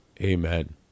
Amen